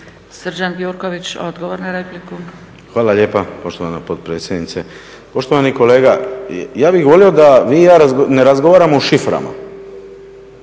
**Gjurković, Srđan (HNS)** Hvala lijepa poštovana potpredsjednice. Poštovani kolega, ja bih volio da vi i ja ne razgovaramo u šiframa,